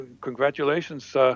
Congratulations